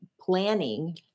Planning